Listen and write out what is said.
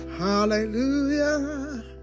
Hallelujah